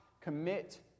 commit